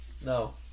No